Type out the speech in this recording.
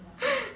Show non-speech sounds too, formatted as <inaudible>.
<laughs>